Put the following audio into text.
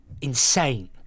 insane